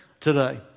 today